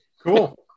Cool